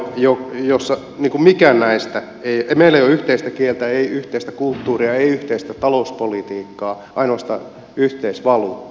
euroalueella ei ole mitään näistä meillä ei ole yhteistä kieltä ei yhteistä kulttuuria ei yhteistä talouspolitiikkaa ainoastaan yhteisvaluutta